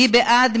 מי בעד?